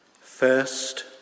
First